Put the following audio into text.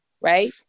Right